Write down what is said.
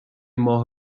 ماه